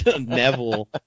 Neville